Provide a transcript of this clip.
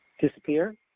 disappear